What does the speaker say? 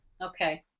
Okay